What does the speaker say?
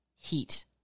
Heat